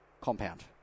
compound